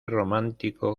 romántico